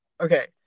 Okay